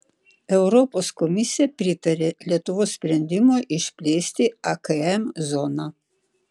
europos komisija pritarė lietuvos sprendimui išplėsti akm zoną